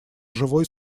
живой